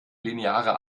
linearer